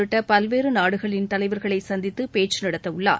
உள்ளிட்ட பல்வேறு நாடுகளின் தலைவர்களை சந்தித்து பேச்சு நடத்தவுள்ளார்